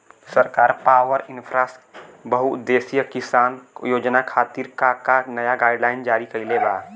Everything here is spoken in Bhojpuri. सरकार पॉवरइन्फ्रा के बहुउद्देश्यीय किसान योजना खातिर का का नया गाइडलाइन जारी कइले बा?